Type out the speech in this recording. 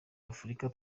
africa